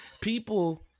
People